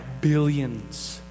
billions